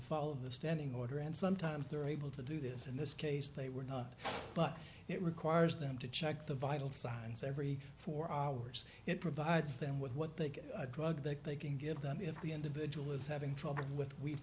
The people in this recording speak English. of the standing order and sometimes they're able to do this in this case they were not but it requires them to check the vital signs every four hours it provides them with what they get a drug that they can give them if the individual is having trouble with we